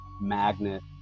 magnet